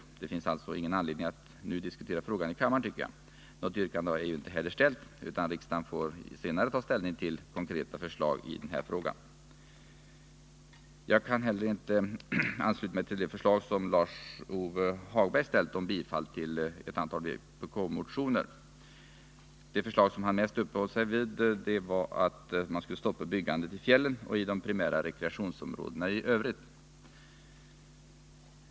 Jag tycker därför att det inte finns någon anledning att nu diskutera frågan i kammaren. Något yrkande har ju inte heller ställts. Riksdagen får senare ta ställning till konkreta förslag i den här frågan. Jag kan inte heller ansluta mig till de förslag som Lars-Ove Hagberg ställt om bifall till ett antal vpk-motioner. Det förslag som han mest uppehöll sig vid syftar till att stoppa byggandet i fjällen och i de primära rekreationsområdena i övrigt.